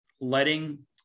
letting